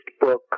book